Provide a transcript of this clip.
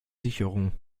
sicherung